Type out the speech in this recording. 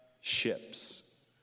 ships